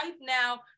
now